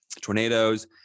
tornadoes